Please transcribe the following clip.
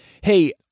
hey